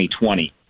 2020